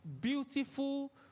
beautiful